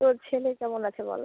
তোর ছেলে কেমন আছে বল